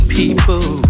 people